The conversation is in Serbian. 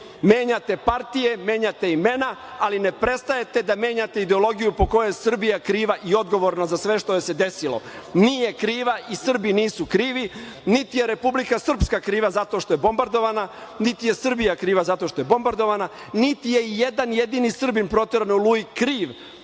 Menjate partije, menjate imena, ali ne prestajete da menjate ideologiju po kojoj je Srbija kriva i odgovorna za sve što joj se desilo. Nije kriva i Srbi nisu krivi, niti je Republika Srpska kriva zato što je bombardovana, niti je Srbija kriva zato što je bombardovana, niti je jedan jedini Srbin proteran u „Oluji“ kriv